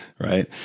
Right